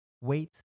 wait